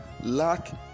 lack